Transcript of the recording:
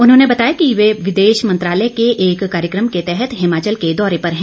उन्होंने बताया कि वे विदेश मंत्रालय के एक कार्यक्रम के तहत हिमाचल के दौरे पर हैं